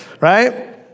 right